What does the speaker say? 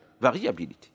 variability